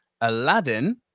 aladdin